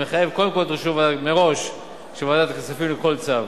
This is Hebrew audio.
המחייב קודם כול אישור מראש של ועדת הכספים לכל צו.